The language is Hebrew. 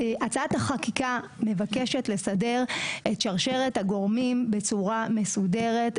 הצעת החקיקה מבקשת לסדר את שרשרת הגורמים בצורה מסודרת,